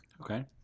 Okay